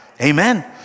Amen